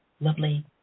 lovely